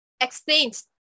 explains